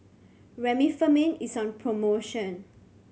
Remifemin is on promotion